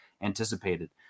anticipated